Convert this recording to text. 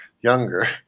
younger